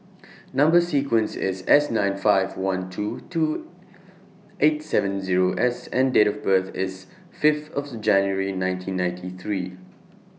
Number sequence IS S nine five one two two eight seven Zero S and Date of birth IS Fifth of January nineteen ninety three